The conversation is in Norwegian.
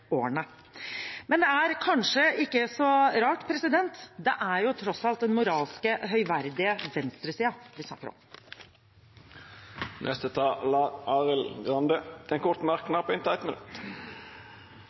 årene? Men det er kanskje ikke så rart, for det er tross alt den moralske, høyverdige venstresiden vi snakker om. Representanten Arild Grande har hatt ordet to gonger tidlegare og får ordet til ein kort